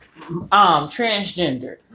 transgender